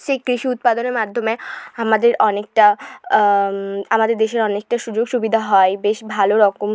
সেই কৃষি উৎপাদনের মাধ্যমে আমাদের অনেকটা আমাদের দেশের অনেকটা সুযোগ সুবিধা হয় বেশ ভালো রকম